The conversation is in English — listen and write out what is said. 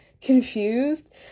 confused